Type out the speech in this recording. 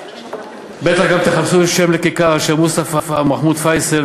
בטח גם תחפשו שם לכיכר על שם מוסטפא מחמוד פייסל,